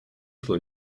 šlo